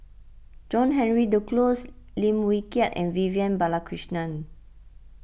John Henry Duclos Lim Wee Kiak and Vivian Balakrishnan